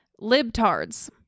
libtards